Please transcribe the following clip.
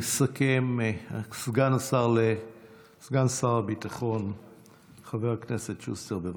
יסכם סגן שר הביטחון חבר הכנסת שוסטר, בבקשה.